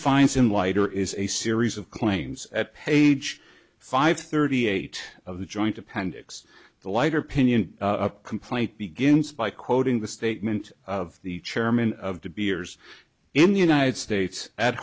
finds in lighter is a series of claims at page five thirty eight of the joint appendix the lighter opinion of complaint begins by quoting the statement of the chairman of to be years in the united states at